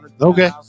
Okay